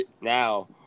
now